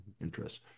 interests